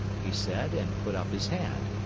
he said, and put up his hand.